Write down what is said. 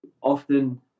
often